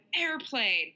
airplane